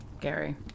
Gary